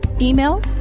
Email